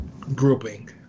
Grouping